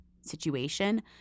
situation